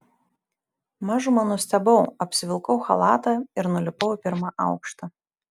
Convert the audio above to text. mažumą nustebau apsivilkau chalatą ir nulipau į pirmą aukštą